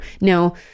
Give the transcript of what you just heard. Now